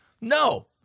no